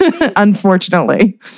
unfortunately